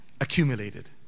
accumulated